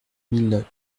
mille